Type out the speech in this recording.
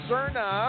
Cerna